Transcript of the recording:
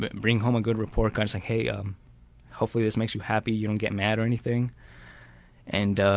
but and bring home a good report card. say hey um hopefully this makes you happy, you don't get mad or anything and